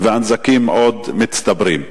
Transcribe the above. והנזקים עוד מצטברים.